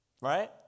right